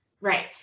Right